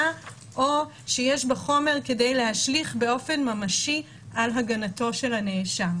או שיש בחומר כדי להשליך באופן ממשי על הגנתו של הנאשם.